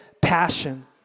passion